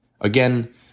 Again